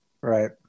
Right